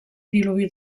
vilobí